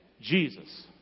Jesus